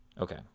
Okay